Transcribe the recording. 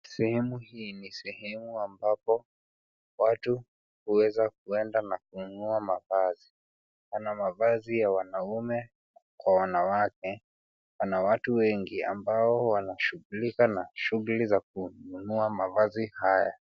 Sehemu hii ni sehemu ambapo, watu huweza kuenda na kununua mavazi. Pana mavazi ya wanaume, kwa wanawake, pana watu wengi ambao wanashughulika na shughuli za kununua mavazi haya.